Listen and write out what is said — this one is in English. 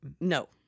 No